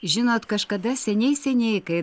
žinot kažkada seniai seniai kai